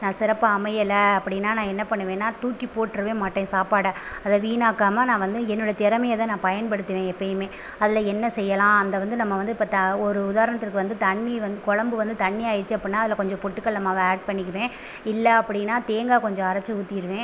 நான் சிறப்பாக அமையல அப்படினா நான் என்ன பண்ணுவேன்னா தூக்கி போட்டுறவே மாட்டேன் சாப்பாட அதை வீணாக்காமல் நான் வந்து என்னோடைய திறமைய தான் நான் பயன்படுத்துவேன் எப்பையுமே அதில் என்ன செய்யலாம் அந்த வந்து நம்ம வந்து இப்போ த ஒரு உதாரணத்திற்கு வந்து தண்ணி வந் குழம்பு வந்து தண்ணி ஆயிருச்சு அப்புடினா அதில் கொஞ்சம் பொட்டுக்கடல மாவை ஆட் பண்ணிக்குவேன் இல்லை அப்படினா தேங்காய் கொஞ்சம் அரச்சு ஊற்றிருவேன்